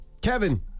Kevin